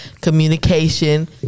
communication